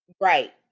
right